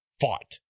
fought